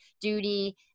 duty